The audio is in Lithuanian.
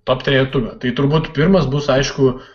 top trejetuką tai turbūt pirmas bus aišku